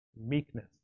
meekness